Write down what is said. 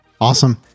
Awesome